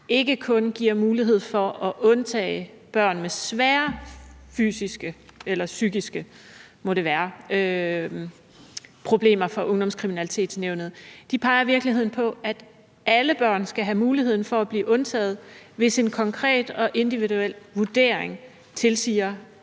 ikke kun giver mulighed for at undtage børn med svære psykiske problemer for Ungdomskriminalitetsnævnet. De peger i virkeligheden på, at alle børn skal have muligheden for at blive undtaget, hvis en konkret og individuel vurdering tilsiger, at det